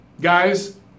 Guys